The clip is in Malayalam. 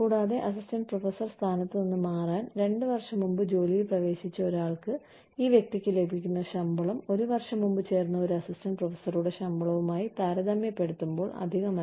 കൂടാതെ അസിസ്റ്റന്റ് പ്രൊഫസർ സ്ഥാനത്ത് നിന്ന് മാറാൻ രണ്ട് വർഷം മുമ്പ് ജോലിയിൽ പ്രവേശിച്ച ഒരാൾക്ക് ഈ വ്യക്തിക്ക് ലഭിക്കുന്ന ശമ്പളം ഒരു വർഷം മുമ്പ് ചേർന്ന ഒരു അസിസ്റ്റന്റ് പ്രൊഫസറുടെ ശമ്പളവുമായി താരതമ്യപ്പെടുത്തുമ്പോൾ അധികമല്ല